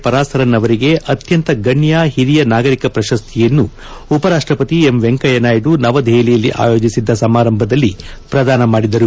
ಪರಾಸರನ್ ಅವರಿಗೆ ಅತ್ಯಂತ ಗಣ್ಣ ಹಿರಿಯ ನಾಗರಿಕ ಪ್ರಶಸ್ತಿಯನ್ನು ಉಪರಾಷ್ಟಪತಿ ಎಂ ವೆಂಕಯ್ತ ನಾಯ್ತು ನವದೆಹಲಿಯಲ್ಲಿ ಆಯೋಜಿಸದ್ದ ಸಮಾರಂಭದಲ್ಲಿ ಪ್ರಧಾನ ಮಾಡಿದರು